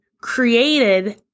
created